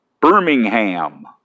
Birmingham